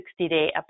60-day